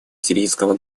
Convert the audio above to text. сирийского